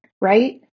right